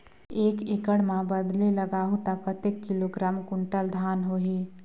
एक एकड़ मां बदले लगाहु ता कतेक किलोग्राम कुंटल धान होही?